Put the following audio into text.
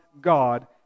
God